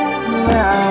tonight